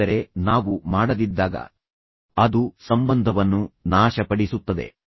ಆದರೆ ನಾವು ಮಾಡದಿದ್ದಾಗ ಅದು ಸಂಬಂಧವನ್ನು ನಾಶಪಡಿಸುತ್ತದೆ